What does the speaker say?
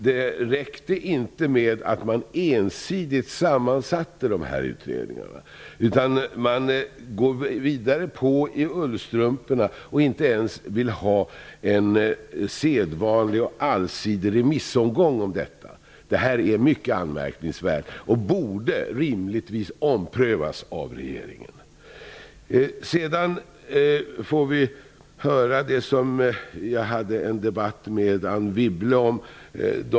Det räckte inte med den ensidiga sammansättningen av de här utredningarna, utan man går på i ullstrumporna och vill inte ens ha en sedvanlig och allsidig remissomgång om detta. Det är mycket anmärkningsvärt och borde rimligtvis omprövas av regeringen. Sedan får vi höra om de dynamiska effekterna, som jag hade en debatt med Anne Wibble om.